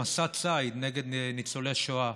למסע ציד נגד ניצולי השואה.